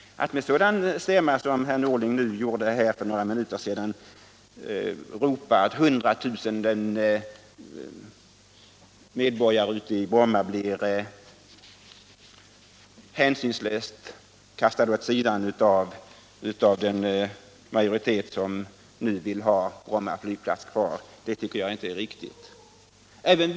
Att med sådan stämma som herr Norling gjorde för några minuter sedan säga att hundratusentals medborgare i Bromma blir hänsynslöst kastade åt sidan av den majoritet som nu vill ha Bromma flygplats kvar tycker jag inte är korrekt.